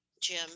Jim